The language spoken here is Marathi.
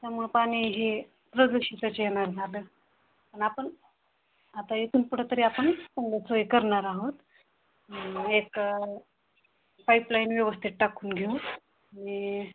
त्यामुळं पाणी हे प्रदूषितच येणार मॅडम आपण आता इथून पुढं तरी आपण चांगलं सोय करणार आहोत एक पाईपलाईन व्यवस्थित टाकून घेऊन आणि